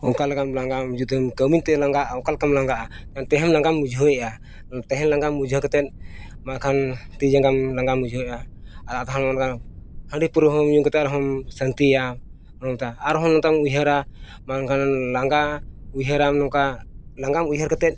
ᱚᱱᱠᱟ ᱞᱮᱠᱟᱢ ᱞᱟᱸᱜᱟᱜᱼᱟ ᱡᱩᱫᱤ ᱠᱟᱹᱢᱤ ᱛᱮᱢ ᱞᱟᱸᱜᱟᱜᱼᱟ ᱚᱱᱠᱟ ᱞᱮᱠᱟᱢ ᱞᱟᱸᱜᱟᱜᱼᱟ ᱮᱱᱛᱮ ᱦᱚᱸ ᱞᱟᱸᱜᱟᱢ ᱵᱩᱡᱷᱟᱹᱣᱮᱫᱼᱟ ᱛᱮᱦᱮᱧ ᱞᱟᱸᱜᱟ ᱵᱩᱡᱷᱟᱹᱣ ᱠᱟᱛᱮᱫ ᱵᱟᱝᱠᱷᱟᱱ ᱛᱤᱼᱡᱟᱸᱜᱟ ᱞᱟᱸᱜᱟᱢ ᱵᱩᱡᱷᱟᱹᱣᱮᱫᱼᱟ ᱟᱨ ᱟᱫᱷᱟ ᱦᱟᱺᱰᱤᱼᱯᱟᱹᱣᱨᱟᱹ ᱧᱩ ᱠᱟᱛᱮᱫ ᱦᱚᱢ ᱚᱥᱟᱱᱛᱤᱭᱟ ᱚᱱᱠᱟ ᱟᱨᱦᱚᱸ ᱚᱱᱠᱟᱢ ᱩᱭᱦᱟᱹᱨᱟ ᱵᱟᱝᱠᱷᱟᱱ ᱞᱟᱸᱜᱟ ᱩᱭᱦᱟᱹᱨᱟᱢ ᱱᱚᱝᱠᱟ ᱞᱟᱸᱜᱟ ᱩᱭᱦᱟᱹᱨ ᱠᱟᱛᱮᱫ